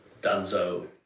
Danzo